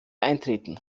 eintreten